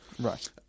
Right